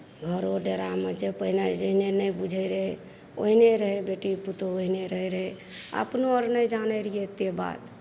घरो डेरामे जे पहिने जहिने नहि बुझै रहै ओहिने रहै बेटी पुतहु ओहिने रहै रहए आ अपनो आर नहि जानै रहियै एतेक बात